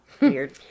Weird